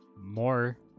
more